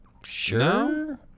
Sure